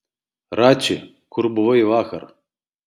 rači kur buvai vakar